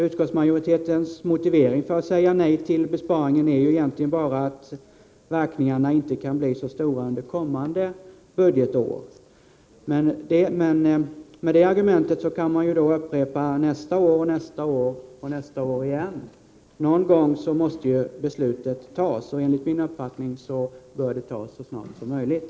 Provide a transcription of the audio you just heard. Utskottsmajoritetens motivering till att säga nej till besparingar är egentligen bara att verkningarna inte kan bli så stora under kommande budgetår. Men det argumentet kan man ju upprepa nästa år och året därpå igen. Någon gång måste beslutet fattas. Enligt min uppfattning bör det tas så snart som möjligt.